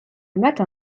matin